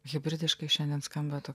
hibirtiškai šiandien skamba to